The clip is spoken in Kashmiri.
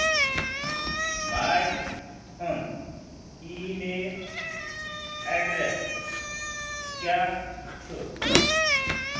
ماجہِ ہُنٛد ای میل اٮ۪ڈرٮ۪س کیٛاہ چھُ